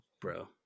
Bro